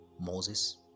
Moses